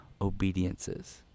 obediences